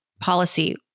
policy